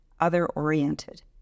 other-oriented